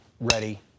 ready